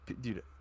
dude